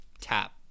tap